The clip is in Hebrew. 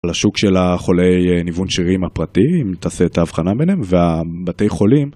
לשוק של החולי ניוון שירים הפרטיים, תעשה את ההבחנה ביניהם. והבתי חולים.